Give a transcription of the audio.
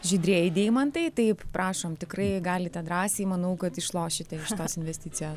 žydrieji deimantai taip prašom tikrai galite drąsiai manau kad išlošite iš tos investicijo